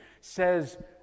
says